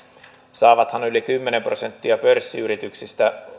saavathan yli kymmenen prosenttia pörssiyrityksistä